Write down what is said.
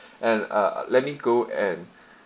and uh let me go and